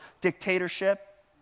dictatorship